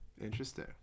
Interesting